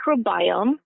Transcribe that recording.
microbiome